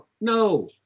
No